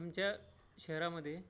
आमच्या शहरामधे